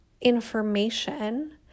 information